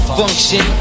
function